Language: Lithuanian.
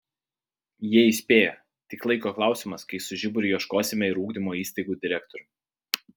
jie įspėja tik laiko klausimas kai su žiburiu ieškosime ir ugdymo įstaigų direktorių